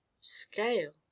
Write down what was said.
scale